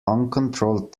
uncontrolled